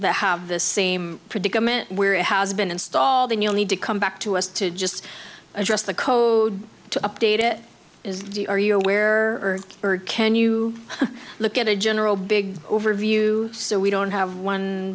that have the same predicament where it has been installed then you'll need to come back to us to just address the code to update it is the are you aware or can you look at a general big overview so we don't have one